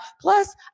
Plus